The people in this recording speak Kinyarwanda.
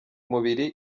mubiri